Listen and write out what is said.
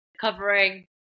covering